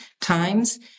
times